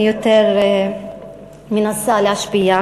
אני יותר מנסה להשפיע.